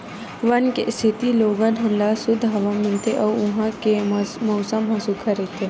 वन के सेती लोगन ल सुद्ध हवा मिलथे अउ उहां के मउसम ह सुग्घर रहिथे